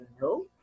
no